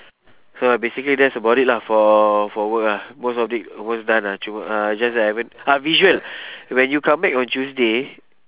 so basically that's about it lah for for work ah most of thing almost done ah to uh just that I haven't ah visual when you come back on tuesday